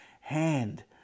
hand